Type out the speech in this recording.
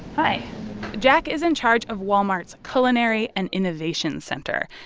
hi jack is in charge of walmart's culinary and innovation center.